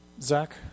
Zach